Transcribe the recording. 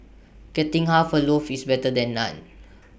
getting half A loaf is better than none